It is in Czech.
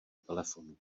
telefonu